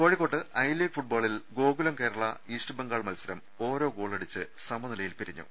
കോഴിക്കോട്ട് ഐലീഗ് ഫുട്ബോളിൽ ഗോകുലം കേരള ഈസ്റ്റ് ബംഗാൾ മത്സരം ഓരോ ഗോളടിച്ച് സമനിലയിൽ പിരിഞ്ഞു